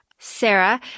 Sarah